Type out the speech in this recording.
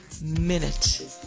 minute